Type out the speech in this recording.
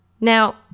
Now